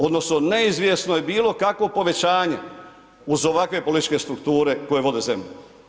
Odnosno neizvjesno je bilo kakvo povećanje uz ovakve političke strukture koje vode zemlju.